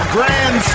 Grand